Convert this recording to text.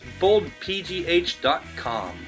BoldPGH.com